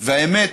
והאמת,